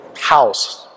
house